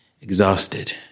exhausted